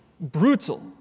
brutal